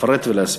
לפרט ולהסביר.